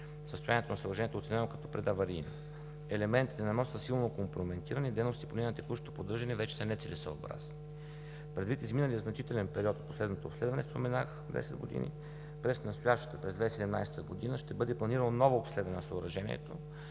Състоянието на съоръжението е оценено като предаварийно. Елементите на моста са силно компрометирани. Дейности, поне на текущо поддържане, вече са нецелесъобразни. Предвид изминалия значителен период от последното обследване, споменах – 10 г., през настоящата, през 2017 г., ще бъде планирано ново обследване на съоръжението